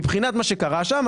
מבחינת מה שקרה שם,